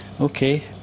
okay